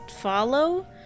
follow